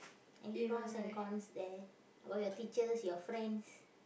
any pros and cons there about your teachers your friends